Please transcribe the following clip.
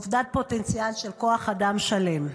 לאובדן פוטנציאל של כוח אדם שלם.